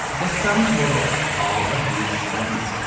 the sum total of all of these trends.